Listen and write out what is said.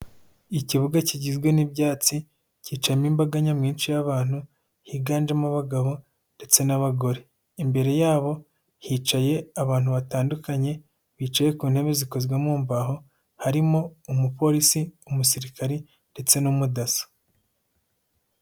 Ikibuga kigizwe n'ibyatsi gicamo imbaga nyamwinshi y'abantu higanjemo abagabo ndetse n'abagore, imbere yabo hicaye abantu batandukanye, bicaye ku ntebe zikozwe mu mbaho harimo umupolisi, umusirikare ndetse n'umudaso.